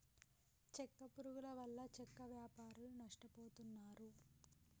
చెక్క పురుగుల వల్ల చెక్క వ్యాపారులు నష్టపోతున్నారు